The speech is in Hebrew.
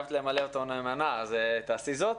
התחייבת למלא אותו נאמנה, אז תעשי זאת.